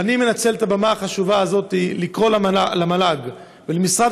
ואני מנצל את הבמה החשובה הזאת לקרוא למל"ג ולמשרד